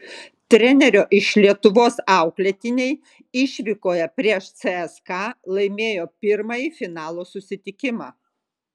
trenerio iš lietuvos auklėtiniai išvykoje prieš cska laimėjo pirmąjį finalo susitikimą